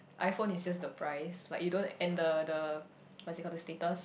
iPhone is just the price like you don't and the the what is it called the status